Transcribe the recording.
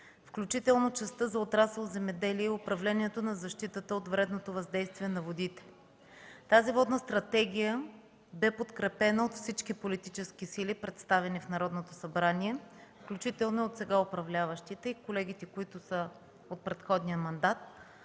включително частта за отрасъл „Земеделие” и управлението на защитата от вредното въздействие на водите. Тази стратегия беше подкрепена от всички политически сили, представени в Народното събрание, включително и от сега управляващите – колегите от предходния мандат